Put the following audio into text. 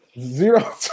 Zero